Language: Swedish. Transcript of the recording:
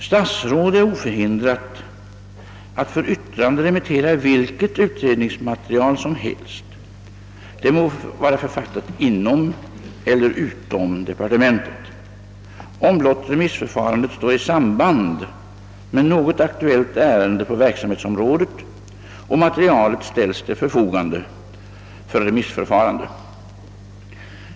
Statsråd är oförhindrad att för yttrande remittera vilket utredningsmaterial som helst, det må vara författat inom eller utom departementet, om blott remissförfarandet står i samband med något aktuellt ärende på verksamhetsområdet och materialet ställs till förfogande för remissförfarande.